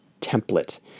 template